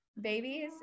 babies